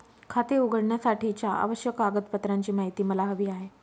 खाते उघडण्यासाठीच्या आवश्यक कागदपत्रांची माहिती मला हवी आहे